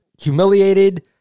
humiliated